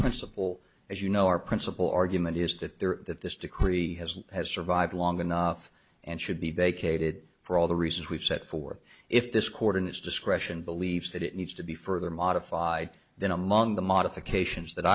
principle as you know our principal argument is that there that this decree has has survived long enough and should be vacated for all the reasons we've set for if this court in its discretion believes that it needs to be further modified than among the modifications that